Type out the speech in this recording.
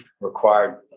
required